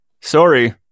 Sorry